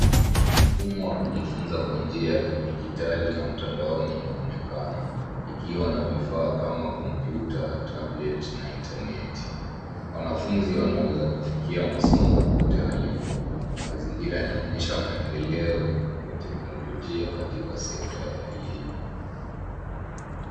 Mfumo wa kujifunza kwa njia ya kidijitali na mtandaoni inaonekana ikiwa na vifaa kama kompyuta, tablet na intaneti. Wanafunzi wanaweza kufikia masomo popote walipo. Mazingira yanaonyesha maendeleo ya teknolojia katika sekta ya elimu.